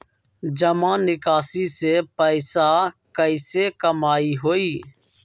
जमा निकासी से पैसा कईसे कमाई होई?